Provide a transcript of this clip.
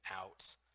out